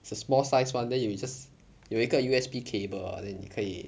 it's a small size one then you just 有一个 U_S_B cable uh then 你可以